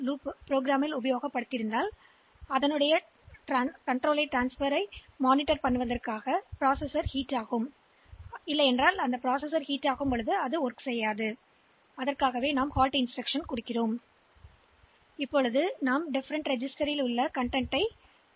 எனவே ப்ரோக்ராம் உருவாக்க உங்களிடம் வேறு சில சுழல்கள் இருக்கலாம் நேரம் 2931 ஐப் பார்க்கவும் அல்லது நீங்கள் பணிபுரியும் நுண்செயலி வெப்பத்தின் வெப்பத்தின் மானிட்டர் நிரலுக்கு கட்டுப்பாட்டை மாற்றலாம்